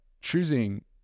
choosing